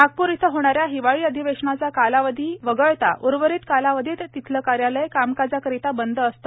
नागपूर येथे होणाऱ्या हिवाळी अधिवेशनाचा कालावधी वगळता उर्वरित कालावधीत तेथील कार्यालय कामकाजाकरिता बंद असते